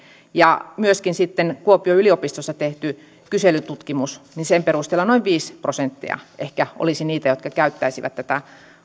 myöskin sitten kuopion yliopistossa tehdyn kyselytutkimuksen perusteella noin viisi prosenttia ehkä olisi niitä jotka käyttäisivät tätä